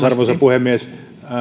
arvoisa puhemies